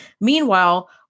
Meanwhile